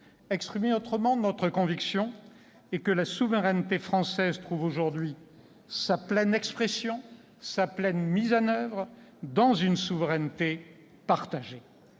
Exprimée autrement, notre conviction est que la souveraineté française trouve aujourd'hui sa pleine expression, sa pleine mise en oeuvre, dans une souveraineté partagée.